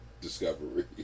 discovery